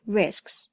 risks